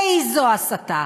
איזו הסתה,